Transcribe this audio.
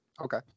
Okay